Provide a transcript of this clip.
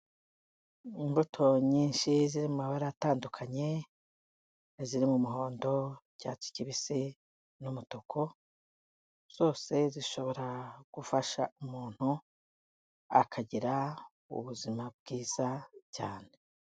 Imbuto nyinshi ziri mu mabara atandukanye, iziri mu muhondo, icyatsi kibisi n'umutuku, zose zishobora gufasha umuntu, akagira ubuzima bwiza cyane.